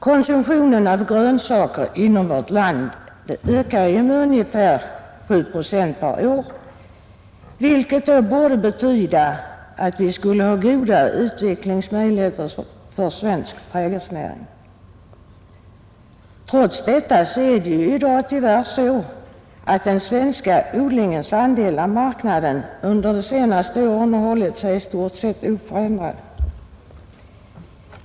Konsumtionen av grönsaker inom värt land ökar med 7 procent per år, vilket borde betyda att svensk trädgårdsnäring skulle ha goda utvecklingsmöjligheter. Trots detta är det i dag tyvärr så att den svenska odlingens andel av marknaden under de senaste åren hållit sig i stort sett oförändrad.